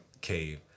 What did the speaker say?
cave